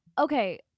Okay